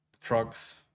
trucks